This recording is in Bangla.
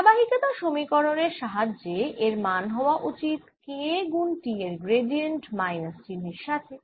ধারাহিকতা সমীকরনের সাহায্যে এর মান হওয়া উচিত K গুণ T এর গ্রেডিয়েন্ট মাইনাস চিহ্নের সাথে